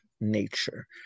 nature